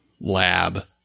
lab